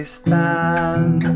stand